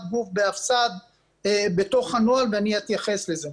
גוף בהפס"ד בתוך הנוהל ואני אתייחס לזה,